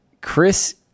Chris